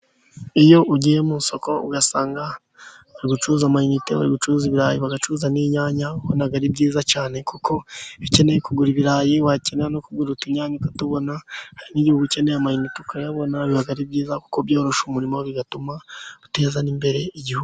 Iyo ugiye mu isoko ugasanga bari gucuruza amayite, bari gucuruza ibirayi, bagacuruza n'inyanya, ubona ari byiza cyane kuko iyo ukeneye kugura ibirayi ,wakenera no ku kugura utunyanya ukatubona ,hari n'igihe uba ukeneye amayinite ukayabona ,biba ari byiza, kuko byoroshya umurimo bigatuma duteza imbere igihugu.